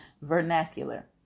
vernacular